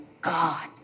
God